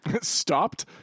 Stopped